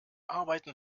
arbeiten